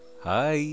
Hi